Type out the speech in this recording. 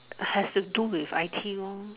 have to do with I_T one